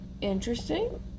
interesting